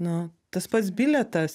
nu tas pats bilietas